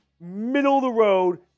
middle-of-the-road